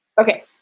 okay